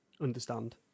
understand